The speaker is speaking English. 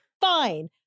Fine